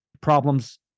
problems